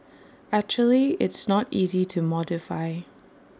actually it's not easy to modify